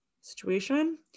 situation